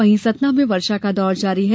वहीं सतना में वर्षा का दौर जारी है